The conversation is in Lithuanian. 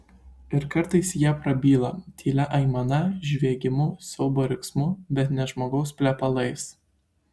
ir kartais jie prabyla tylia aimana žviegimu siaubo riksmu bet ne žmogaus plepalais